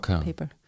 paper